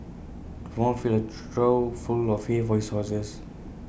the farmer filled A trough full of hay for his horses